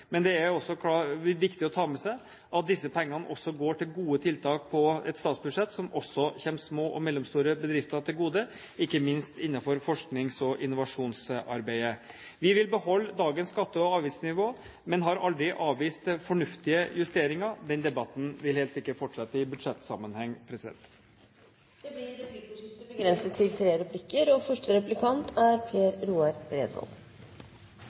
Men det er viktig å ta med seg at disse pengene også går til gode tiltak på et statsbudsjett, som også kommer små og mellomstore bedrifter til gode, ikke minst innenfor forskning og innovasjonsarbeid. Vi vil beholde dagens skatte- og avgiftsnivå, men har aldri avvist fornuftige justeringer. Den debatten vil helt sikkert fortsette i budsjettsammenheng. Det blir replikkordskifte. Om det er regjeringens ære eller ikke at vi har flere bedrifter og